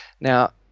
now